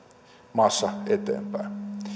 maassa eteenpäin